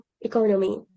economy